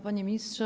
Panie Ministrze!